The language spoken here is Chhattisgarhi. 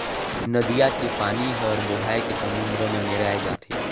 नदिया के पानी हर बोहाए के समुन्दर में मेराय जाथे